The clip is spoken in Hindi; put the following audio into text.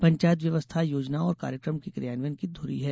पंचायत व्यवस्था योजनाओं और कार्यक्रम के क्रियान्वयन की ध्री है